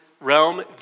realm